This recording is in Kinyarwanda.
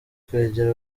kwegera